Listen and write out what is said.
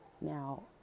Now